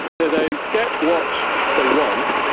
so they get what they want,